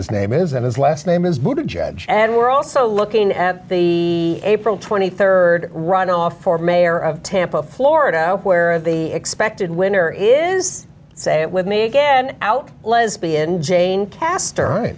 his name is and his last name is the judge and we're also looking at the april twenty third runoff for mayor of tampa florida where the expected winner is say it with me again out lesbian jane cast